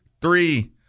three